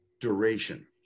duration